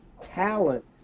talent